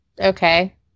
okay